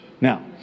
Now